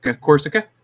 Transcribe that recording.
corsica